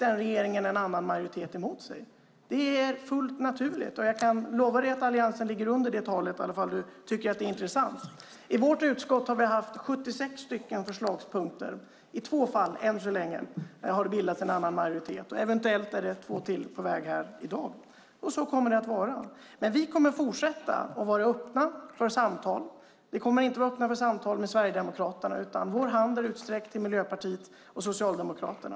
Den regeringen fick en annan majoritet emot sig 48 gånger. Det är fullt naturligt. Jag kan lova att Alliansen ligger under det talet. I vårt utskott har vi haft 76 förslagspunkter. I två fall, än så länge, har det bildats en annan majoritet. Eventuellt är två ytterligare på väg här i dag. Så kommer det att vara. Vi kommer att fortsätta att vara öppna för samtal. Vi kommer inte att vara öppna för samtal med Sverigedemokraterna. Vår hand är utsträckt till Miljöpartiet och Socialdemokraterna.